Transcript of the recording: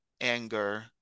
anger